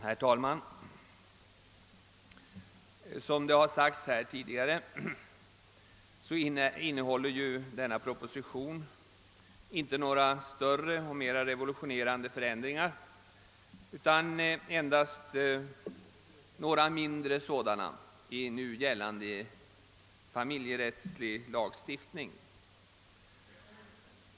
Herr talman! Som tidigare framhållits i debatten innehåller denna proposition inte några större och mer revolutionerande ändringar utan endast några mindre sådana i den familjerättsliga lagstiftningen.